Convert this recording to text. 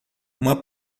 uma